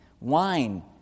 wine